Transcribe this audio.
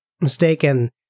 mistaken